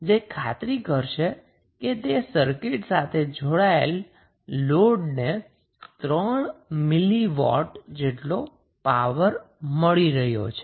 જે ખાતરી કરશે કે તે સર્કિટ સાથે જોડાયેલ લોડને 3 મિલી વોટ જેટલો પાવર મળી રહ્યો છે